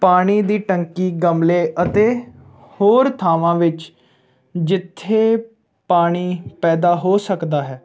ਪਾਣੀ ਦੀ ਟੈਂਕੀ ਗਮਲੇ ਅਤੇ ਹੋਰ ਥਾਵਾਂ ਵਿੱਚ ਜਿੱਥੇ ਪਾਣੀ ਪੈਦਾ ਹੋ ਸਕਦਾ ਹੈ